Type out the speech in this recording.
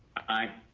aye.